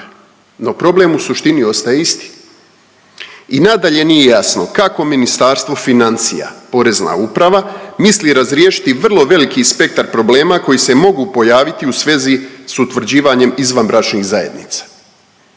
no problem u suštini ostaje isti. I nadalje nije jasno, kako Ministarstvo financija, Porezna uprava misli razriješiti vrlo veliki spektar problema koji se mogu pojaviti u svezi s utvrđivanjem izvanbračnih zajednica.